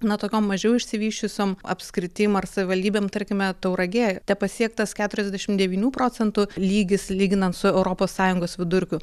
na tokiom mažiau išsivysčiusiom apskritim ar savivaldybėm tarkime tauragėj tepasiektas keturiasdešim devynių procentų lygis lyginant su europos sąjungos vidurkiu